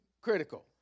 critical